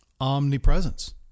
omnipresence